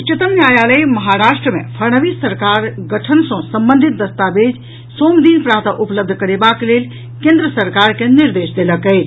उच्चतम न्यायालय महाराष्ट्र मे फड़नवीस सरकार गठन सॅ संबंधित दस्तावेज सोम दिन प्रातः उपलब्ध करेबाक लेल केन्द्र सरकार के निर्देश देलक अछि